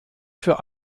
für